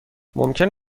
ممکن